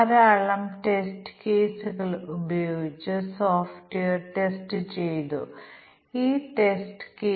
തുല്യമായ ക്ലാസ് വിഭജനമായ ഒരു പ്രമുഖ ബ്ലാക്ക് ബോക്സ് ടെസ്റ്റിംഗ് തന്ത്രം ഞങ്ങൾ നോക്കി